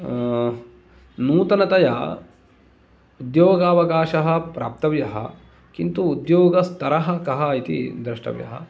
नूतनतया उद्योगावकाशः प्राप्तव्यः किन्तु उद्योगस्स्तरः कः इति द्रष्टव्यः